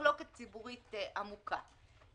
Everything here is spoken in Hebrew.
מחלוקת ציבורית עמוקה.